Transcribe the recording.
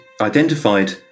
identified